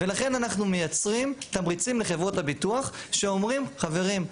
ולכן אנחנו מייצרים תמריצים לחברות הביטוח שאומרים חברים,